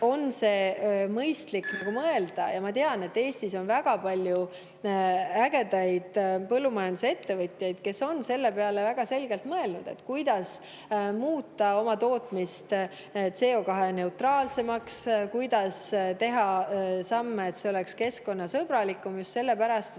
üle mõistlik mõelda. Ma tean, et Eestis on väga palju ägedaid põllumajandusettevõtjaid, kes on väga selgelt mõelnud selle peale, kuidas muuta oma tootmist CO2-neutraalsemaks, kuidas teha samme, et see tootmine oleks keskkonnasõbralikum, just sellepärast, et